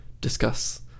discuss